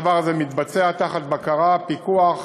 הדבר הזה מתבצע תחת בקרה, פיקוח.